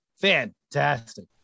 fantastic